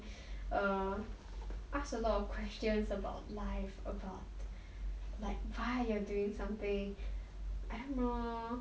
err ask a lot of questions about life about like why you are doing something I don't know